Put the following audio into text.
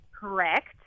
correct